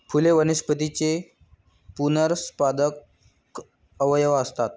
फुले वनस्पतींचे पुनरुत्पादक अवयव असतात